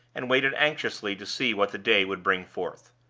and waited anxiously to see what the day would bring forth.